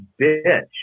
bitch